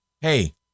Hey